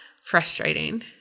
frustrating